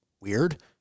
weird